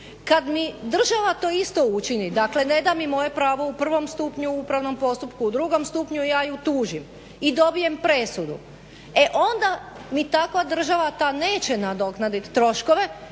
Kad mi država to isto učini, dakle ne da mi moje pravo u prvom stupnju u upravnom postupku, u drugom stupnju ja ju tužim i dobijem presudu, e onda mi takva država ta neće nadoknadit troškove